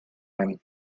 him